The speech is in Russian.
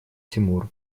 тимур